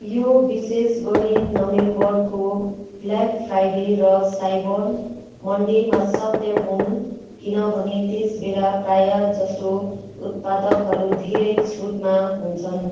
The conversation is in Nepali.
यो विशेष गरी नोभेम्बरको ब्ल्याक फ्राइडे र साइबर मन्डेमा सत्य हुन् किनभने त्यस बेला प्राय जसो उत्पादकहरू धेरै छुटमा हुन्छन्